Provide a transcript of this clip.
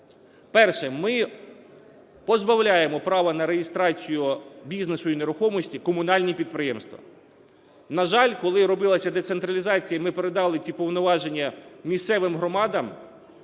Перше. Ми позбавляємо права на реєстрацію бізнесу і нерухомості комунальні підприємства. На жаль, коли робилася децентралізація і ми передали ці повноваження місцевим громадам,